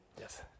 Yes